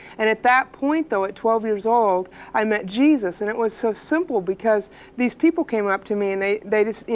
and at that point at twelve years old i met jesus, and it was so simple because these people came up to me and they they just, you